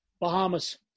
Bahamas